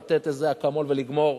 לתת איזה אקמול ולגמור,